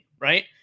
right